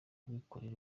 kubikorera